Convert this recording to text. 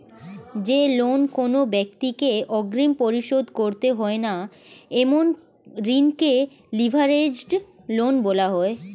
যে লোন কোনো ব্যাক্তিকে অগ্রিম পরিশোধ করতে হয় না এমন ঋণকে লিভারেজড লোন বলা হয়